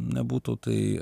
nebūtų tai